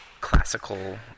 classical